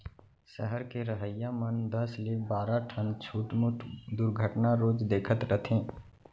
सहर के रहइया मन दस ले बारा ठन छुटमुट दुरघटना रोज देखत रथें